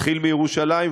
התחיל בירושלים,